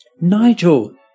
Nigel